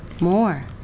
More